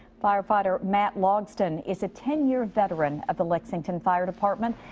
firefighter matt logsdon is a ten year veteran of the lexington fire department.